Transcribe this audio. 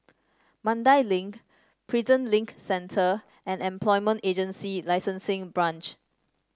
Mandai Link Prison Link Centre and Employment Agency Licensing Branch